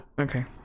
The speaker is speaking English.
Okay